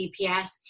GPS